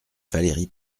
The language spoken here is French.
valérie